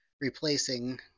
replacing